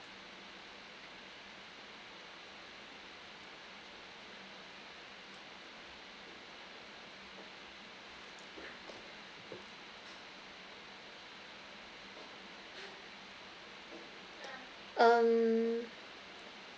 um